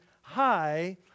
high